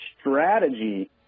strategy